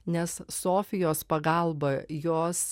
nes sofijos pagalba jos